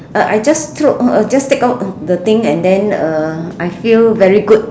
uh I just throw oh I just take out the thing and then uh I feel very good